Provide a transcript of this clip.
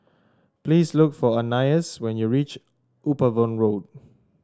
please look for Anais when you reach Upavon Road